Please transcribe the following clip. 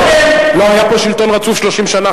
לא היה פה שלטון רצוף 30 שנה,